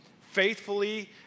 faithfully